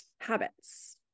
Habits